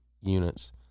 units